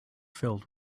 filled